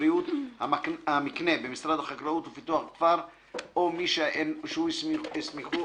ובריאות המקנה במשרד החקלאות ופיתוח הכפר או מי שהוא הסמיכו